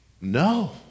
No